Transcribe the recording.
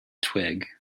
twig